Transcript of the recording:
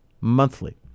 monthly